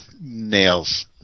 nails